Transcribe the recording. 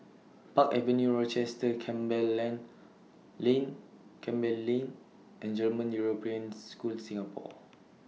Park Avenue Rochester Campbell Lane Campbell Lane and German European School Singapore